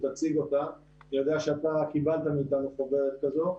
אני יודע שאתה קיבלת מאיתנו חוברת כזו,